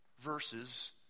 verses